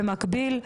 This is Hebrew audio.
במקביל,